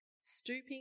stooping